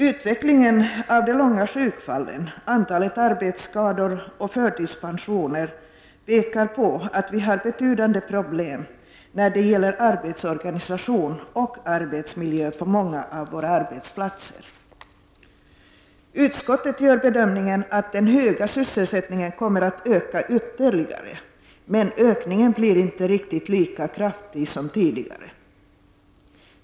Utvecklingen av de långa sjukfallen, antalet arbetsskador och förtidspensioner pekar på att vi har betydande problem när det gäller arbetsorganisation och arbetsmiljö på många av våra arbetsplatser. Utskottet gör bedömningen att den höga sysselsättningen komer att öka ytterligare, men ökningen blir inte riktigt lika kraftig som tidigare.